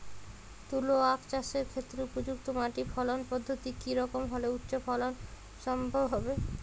তুলো আঁখ চাষের ক্ষেত্রে উপযুক্ত মাটি ফলন পদ্ধতি কী রকম হলে উচ্চ ফলন সম্ভব হবে?